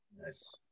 Nice